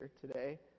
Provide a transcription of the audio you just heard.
today